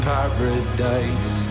Paradise